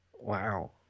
wow